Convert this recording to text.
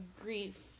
grief